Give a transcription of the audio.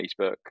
facebook